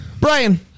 Brian